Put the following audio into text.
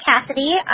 Cassidy